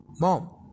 Mom